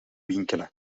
winkelen